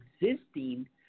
existing